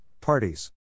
parties